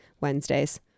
Wednesdays